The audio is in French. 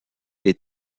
des